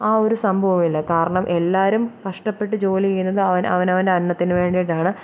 ആ ഒരു സംഭവവില്ല കാരണം എല്ലാവരും കഷ്ടപ്പെട്ട് ജോലി ചെയ്യുന്നത് അവനവൻ്റെ അവനവൻ്റെ അന്നത്തിന് വേണ്ടിയിട്ടാണ്